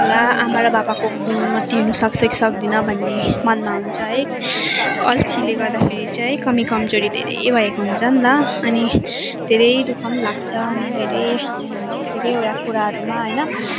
ला आमा र बाबाको गुण म तिर्न सक्छु कि सक्दिनँ भन्ने मनमा हुन्छ है अल्छीले गर्दाखेरि चाहिँ कमी कमजोरी धेरै भएको हुन्छ नि त अनि धेरै दुःख पनि लाग्छ अनि धेरै धेरैवटा कुराहरूमा होइन